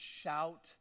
shout